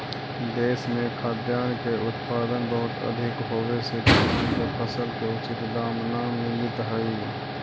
देश में खाद्यान्न के उत्पादन बहुत अधिक होवे से किसान के फसल के उचित दाम न मिलित हइ